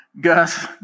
Gus